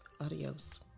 adios